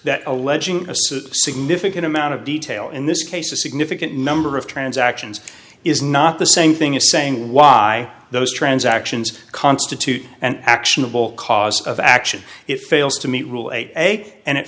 that alleging significant amount of detail in this case a significant number of transactions is not the same thing as saying why those transactions constitute an actionable cause of action it fails to me